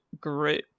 Group